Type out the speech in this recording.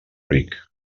ric